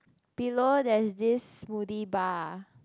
below there is this smoothie bar